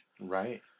Right